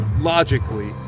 logically